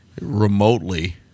remotely